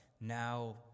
now